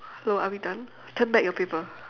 hello are we done turn back your paper